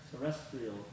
terrestrial